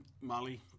Molly